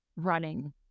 running